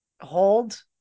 Hold